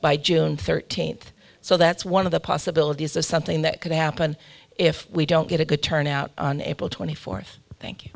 by june thirteenth so that's one of the possibilities the something that could happen if we don't get a good turnout on april twenty fourth thank you